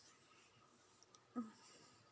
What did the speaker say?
mm